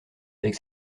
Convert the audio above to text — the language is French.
avec